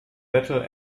battle